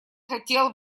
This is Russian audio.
хотел